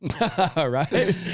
Right